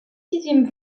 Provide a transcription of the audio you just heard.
sixième